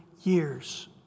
years